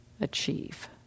achieve